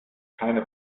keine